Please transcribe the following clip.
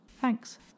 Thanks